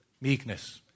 meekness